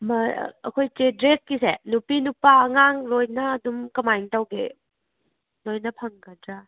ꯑꯩꯈꯣꯏ ꯀꯦꯗ꯭ꯔꯦꯠꯀꯤꯁꯦ ꯅꯨꯄꯤ ꯅꯨꯄꯥ ꯑꯉꯥꯡ ꯂꯣꯏꯅ ꯑꯗꯨꯝ ꯀꯃꯥꯏꯅ ꯇꯧꯒꯦ ꯂꯣꯏꯅ ꯐꯪꯒꯗ꯭ꯔꯥ